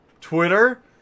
Twitter